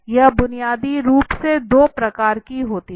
यह बुनियादी रूप से 2 प्रकार की होती है